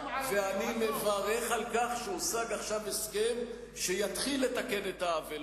ואני מברך על כך שהושג עכשיו הסכם שיתחיל לתקן את העוול,